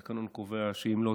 התקנון קובע שאם לא,